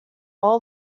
all